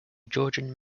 georgian